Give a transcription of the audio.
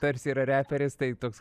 tarsi yra reperis tai toks